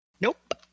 Nope